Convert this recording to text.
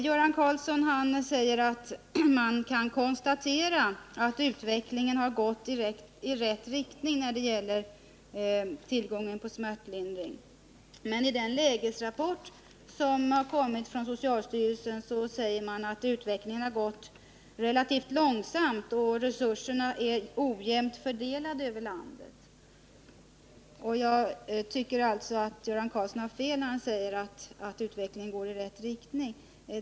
Göran Karlsson säger att man kan konstatera att utvecklingen har gått i rätt riktning när det gäller tillgången på smärtlindring. Men i den lägesrapport som har kommit från socialstyrelsen står det att utvecklingen har gått relativt långsamt och att resurserna är ojämnt fördelade över landet. Jag tycker alltså att Göran Karlsson har fel, när han säger att utvecklingen har gått i rätt riktning.